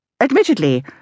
Admittedly